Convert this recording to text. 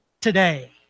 today